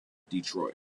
detroit